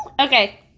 okay